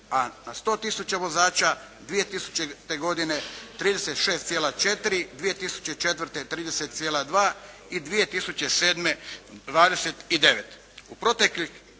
a na 100 tisuća vozača 2000. godine 36,4, 2004. 30,2 i 2007. 29. U proteklih